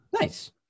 Nice